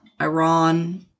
Iran